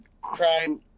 crime